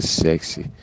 sexy